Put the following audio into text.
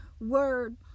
word